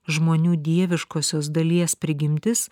žmonių dieviškosios dalies prigimtis